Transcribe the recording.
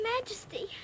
Majesty